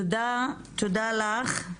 תודה לך.